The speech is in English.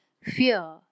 fear